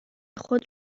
خود